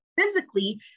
physically